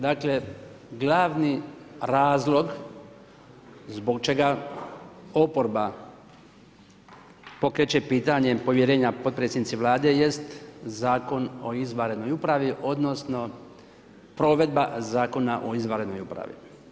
Dakle, glavni razlog zbog čega oporba pokreće pitanje povjerenja potpredsjednici Vlade jest Zakon o izvanrednoj upravi, odnosno provedba Zakona o izvanrednoj upravi.